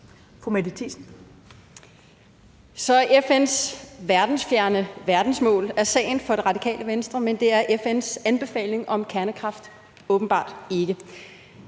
FN's verdensfjerne verdensmål sagen for Det Radikale Venstre, men det er FN's anbefaling om kernekraft åbenbart ikke.